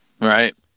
Right